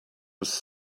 was